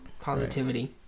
positivity